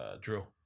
drill